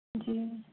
जी